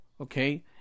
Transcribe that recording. okay